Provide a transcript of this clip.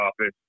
office